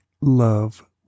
love